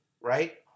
right